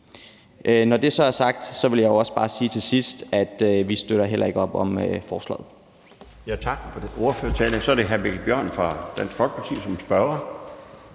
Når det er sagt, vil jeg bare sige til sidst, at vi heller ikke støtter op om forslaget.